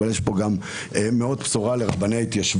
אבל יש פה בשורה גדולה לרבני ההתיישבות.